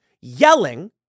yelling